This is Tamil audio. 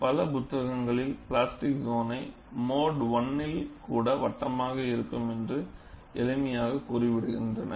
பல புத்தகங்களில் பிளாஸ்டிக் சோன்னை மோடு I யில் கூட வட்டமாக இருக்கும் என்று எளிமையாக கூறி விடுகின்றனர்